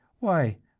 why,